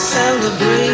Celebrate